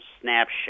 snapshot